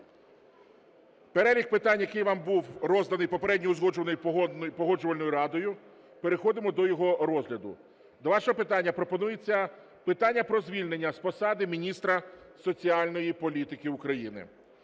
перелік питань, який вам був розданий, попередньо узгоджений Погоджувальною радою. Переходимо до його розгляду. На ваше розгляд пропонується питання про звільнення з посади міністра соціальної політики України.